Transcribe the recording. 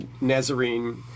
Nazarene